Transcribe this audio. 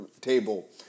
table